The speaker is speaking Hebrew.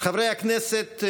חברי הכנסת,